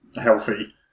healthy